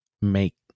make